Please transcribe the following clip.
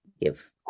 give